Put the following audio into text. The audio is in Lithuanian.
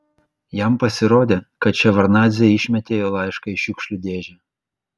jam pasirodė kad ševardnadzė išmetė jo laišką į šiukšlių dėžę